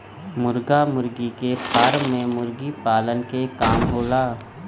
मुर्गा मुर्गी के फार्म में मुर्गी पालन के काम होला